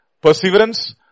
perseverance